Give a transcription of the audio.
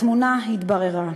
התמונה התבררה: